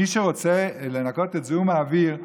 מי שרוצה לנקות את זיהום האוויר,